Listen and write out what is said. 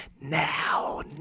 now